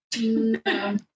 no